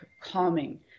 calming